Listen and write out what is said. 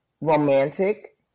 romantic